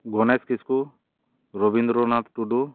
Ganesh Kisku Rabindranath Tudu